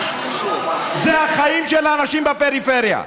זה החיים של האנשים בפריפריה.